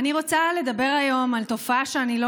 אני רוצה לדבר היום על תופעה שאני לא